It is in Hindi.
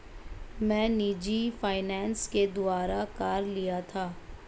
मैं निजी फ़ाइनेंस के द्वारा कार लिया था